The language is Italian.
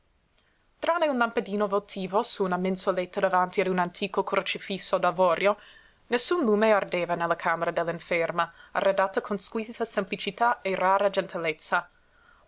tranne un lampadino votivo su una mensoletta davanti a un antico crocifisso d'avorio nessun lume ardeva nella camera dell'inferma arredata con squisita semplicità e rara gentilezza